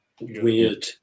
weird